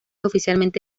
oficialmente